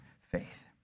faith